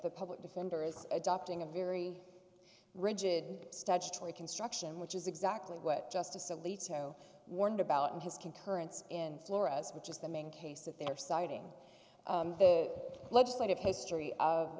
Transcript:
the public defender is adopting a very rigid statutory construction which is exactly what justice alito warned about in his concurrence in flora's which is the main case that they are citing the legislative history of